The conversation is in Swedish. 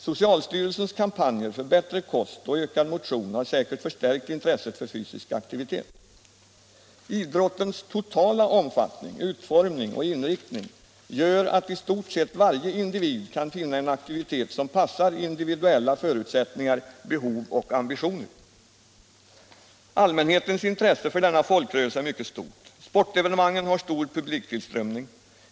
Socialstyrelsens kampanjer för bättre kost och ökad motion har säkert förstärkt intresset för fysisk aktivitet. Idrottens totala omfattning, utformning och inriktning gör att i stort sett varje individ kan finna en aktivitet som passar individuella för 100 utsättningar, behov och ambitioner. Allmänhetens intresse för denna folkrörelse är mycket stort. Sportevenemangen har stor publiktillströmning.